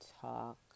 talk